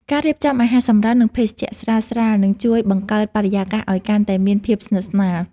ការរៀបចំអាហារសម្រន់ និងភេសជ្ជៈស្រាលៗ នឹងជួយបង្កើតបរិយាកាសឱ្យកាន់តែមានភាពស្និទ្ធស្នាល។